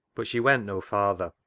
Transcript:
but she went no farther.